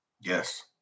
yes